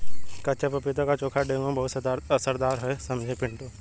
कच्चे पपीते का चोखा डेंगू में बहुत असरदार है समझे पिंटू